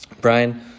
brian